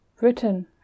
Britain